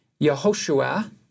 Yehoshua